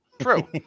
True